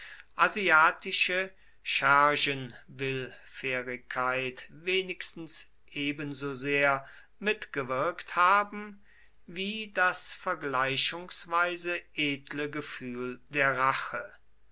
asiatische schergenwillfährigkeit wenigstens ebensosehr mitgewirkt haben wie das vergleichungsweise edle gefühl der rache